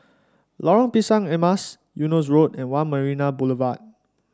Lorong Pisang Emas Eunos Road and One Marina Boulevard